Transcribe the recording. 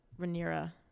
Rhaenyra